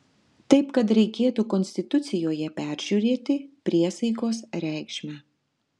taip kad reikėtų konstitucijoje peržiūrėti priesaikos reikšmę